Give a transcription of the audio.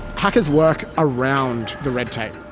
hackers work around the red tape.